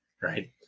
right